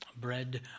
Bread